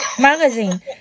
Magazine